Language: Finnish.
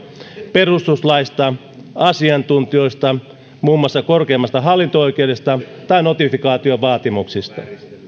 perustuslaista asiantuntijoista muun muassa korkeimmasta hallinto oikeudesta ja notifikaatiovaatimuksista